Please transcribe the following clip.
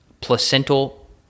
placental